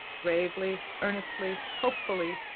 gravely, earnestly, hopefully,